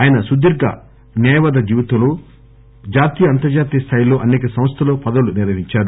ఆయన సుదీర్ఘ న్యాయవాద జీవితంలో ఆయన జాతీయ అంతర్లాతీయ స్థాయిలో అనేక సంస్థల్లో పదవులు నిర్వహించారు